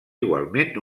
igualment